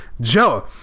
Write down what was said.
Joe